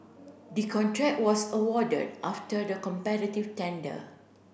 the contract was awarded after the competitive tender